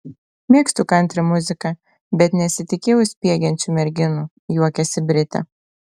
mėgstu kantri muziką bet nesitikėjau spiegiančių merginų juokiasi britė